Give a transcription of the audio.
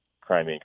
crime